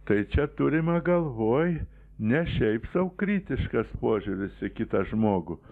tai čia turima galvoj ne šiaip sau kritiškas požiūris į kitą žmogų